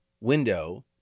window